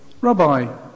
Rabbi